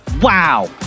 Wow